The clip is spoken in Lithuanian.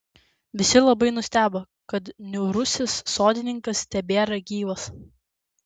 visi labai nustebo kad niūrusis sodininkas tebėra gyvas